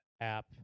app